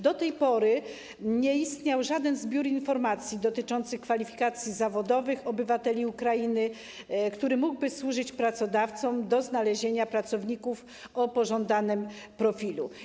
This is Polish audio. Do tej pory nie istniał żaden zbiór informacji dotyczących kwalifikacji zawodowych obywateli Ukrainy, który mógłby służyć pracodawcom do znalezienia pracowników o pożądanym profilu.